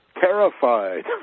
Terrified